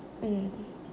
mm